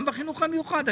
גם בחינוך המיוחד.